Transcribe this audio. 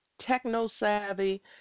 techno-savvy